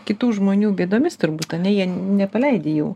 kitų žmonių bėdomis turbūt ane jie nepaleidi jų